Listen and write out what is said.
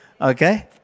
Okay